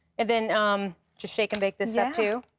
and then um just shake and bake this up, too.